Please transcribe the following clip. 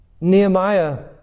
Nehemiah